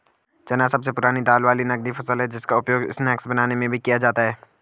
चना सबसे पुरानी दाल वाली नगदी फसल है जिसका उपयोग स्नैक्स बनाने में भी किया जाता है